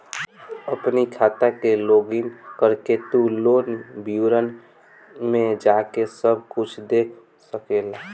अपनी खाता के लोगइन करके तू लोन विवरण में जाके सब कुछ देख सकेला